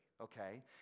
Okay